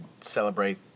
celebrate